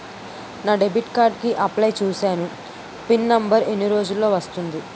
నా debit card కి apply చూసాను పిన్ నంబర్ ఎన్ని రోజుల్లో వస్తుంది?